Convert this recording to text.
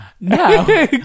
no